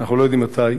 אנחנו לא יודעים מתי,